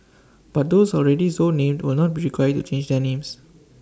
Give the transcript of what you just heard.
but those already so named will not be required to change their names